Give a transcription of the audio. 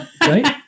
Right